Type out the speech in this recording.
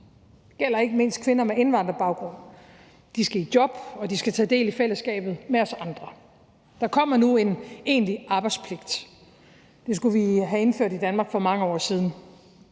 Det gælder ikke mindst kvinder med indvandrerbaggrund. De skal i job, og de skal tage del i fællesskabet sammen med os andre. Der kommer nu en egentlig arbejdspligt. Det skulle vi have indført i Danmark for mange år siden.